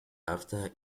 after